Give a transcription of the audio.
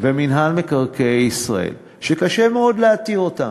ומינהל מקרקעי ישראל שקשה מאוד להתיר אותם.